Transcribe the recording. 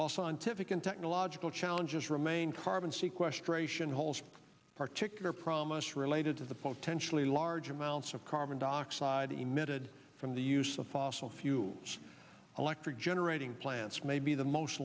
while scientific and technological challenges remain carbon seaquest ration holes particular promise related to the potentially large amounts of carbon dioxide emitted from the use of fossil fuels electric generating plants may be the most